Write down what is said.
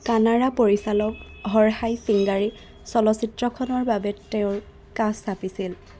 কানাড়া পৰিচালক হৰ্ষাই চিঙ্গাৰী চলচ্চিত্ৰখনৰ বাবে তেওঁৰ কাষ চাপিছিল